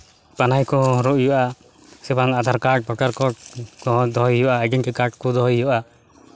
ᱯᱟᱱᱟᱦᱤ ᱠᱚᱦᱚᱸ ᱦᱚᱨᱚᱜ ᱦᱩᱭᱩᱜᱼᱟ ᱥᱮ ᱵᱟᱝ ᱟᱫᱷᱟᱨ ᱠᱟᱨᱰ ᱵᱷᱳᱴᱟᱨ ᱠᱟᱨᱰ ᱠᱚᱦᱚᱸ ᱫᱚᱦᱚᱭ ᱦᱩᱭᱩᱜᱼᱟ ᱟᱭᱰᱮᱱᱴᱤ ᱠᱟᱨᱰ ᱠᱚ ᱫᱚᱦᱚᱭ ᱦᱩᱭᱩᱜᱼᱟ